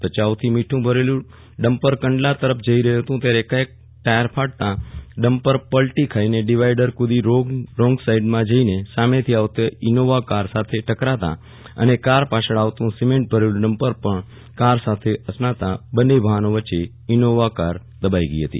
ભયાઉ થી મીઠુ ભરેલુ ડમ્પર કંડલા તરફ જઈ રહ્યુ હતું ત્યારે એકાએક ટાયર ફાટતા ડમ્પર પલ્ટી ખાઈને ડિવાઈડર કુદી રોંગસાઈડમાં જઈને સામેથી આવતા ઈનોવા કાર સાથે ટકરાતા અને કાર પાછળ આવતુ સિમેન્ટ ભરેલુ ડમ્પર પર કાર સાથે અથડાતા બંન્ને વાહનો વચ્ચે ઈનોવા કાર દબાઈ ગઈ હતી